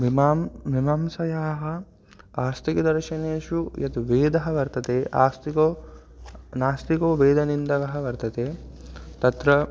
मीमांसा मीमांसायाः आस्तिकदर्शनेषु यत् वेदः वर्तते आस्तिको नास्तिको वेदनिन्दकः वर्तते तत्र